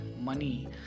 money